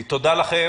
תודה לכם.